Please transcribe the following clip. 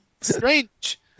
strange